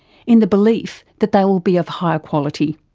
in the belief that they will be of higher quality.